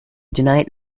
tonight